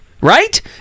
right